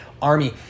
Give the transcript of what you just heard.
Army